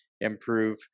improve